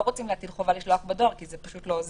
רוצים להטיל חובה לשלוח בדואר כי זה פשוט לא עוזר.